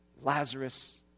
Lazarus